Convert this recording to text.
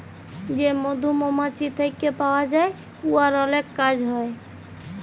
যে মধু মমাছি থ্যাইকে পাউয়া যায় উয়ার অলেক কাজ হ্যয়